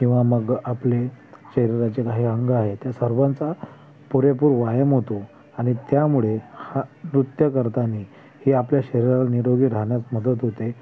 किंवा मग आपले शरीराचे बाह्य अंग आहे त्या सर्वांचा पुरेपूर व्यायाम होतो आणि त्यामुळे हा नृत्य करतानी हे आपल्या शरीराला निरोगी राहण्यास मदत होते